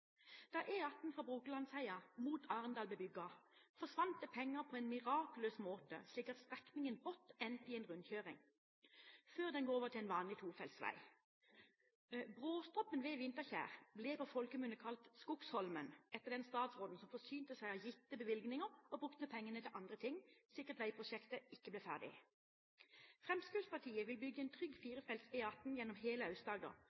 Da E18 fra Brokelandsheia mot Arendal ble bygget, forsvant det penger på en mirakuløs måte, slik at strekningen brått ender i en rundkjøring, før den går over til en vanlig tofeltsvei. Bråstoppen ved Vinterkjær blir på folkemunne kalt Skogsholmen, etter den statsråden som forsynte seg av gitte bevilgninger og brukte pengene til andre ting, slik at veiprosjektet ikke ble ferdig. Fremskrittspartiet vil bygge en trygg firefelts E18 gjennom hele